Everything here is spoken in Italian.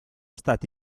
stati